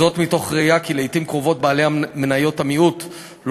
זאת מתוך ראייה כי לעתים קרובות בעלי מניות המיעוט לא